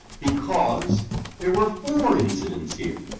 because there were four incidents here.